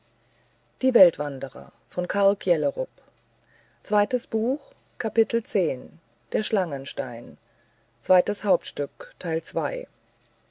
der schlangenstein drittes hauptstück